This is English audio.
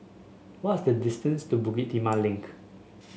what is the distance to Bukit Timah Link